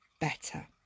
better